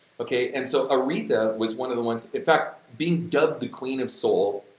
okay? and so, aretha, was one of the ones, in fact, being dubbed the queen of soul,